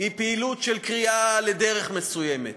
היא פעילות של קריאה לדרך מסוימת,